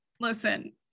listen